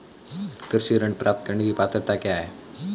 कृषि ऋण प्राप्त करने की पात्रता क्या है?